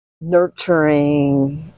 nurturing